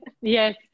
Yes